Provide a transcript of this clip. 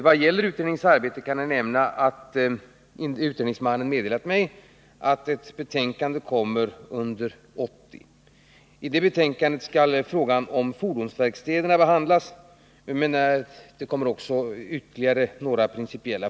Vad gäller utredningens arbete kan jag nämna att jag inhämtat från utredningsmannen att ett betänkande kommer att avges under år 1980. I betänkandet kommer frågan om fordonsverkstäderna att behandlas. Vissa principiella frågor kommer också att tas upp.